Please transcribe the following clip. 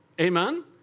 Amen